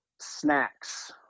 Snacks